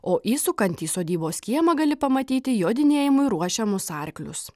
o įsukant į sodybos kiemą gali pamatyti jodinėjimui ruošiamus arklius